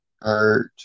hurt